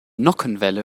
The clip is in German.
nockenwelle